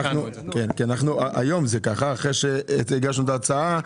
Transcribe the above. היום זה כך, אחרי שהגשנו את ההצעה.